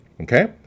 Okay